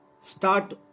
start